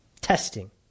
Testing